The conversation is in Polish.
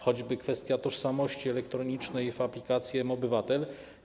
Choćby kwestia tożsamości elektronicznej w aplikacji mObywatel.